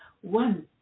One